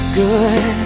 good